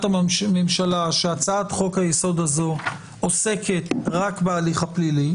הממשלה שהצעת חוק-היסוד הזו עוסקת רק בהליך הפלילי,